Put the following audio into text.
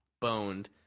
boned